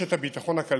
רשת הביטחון הכלכלית